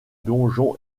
donjon